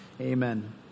amen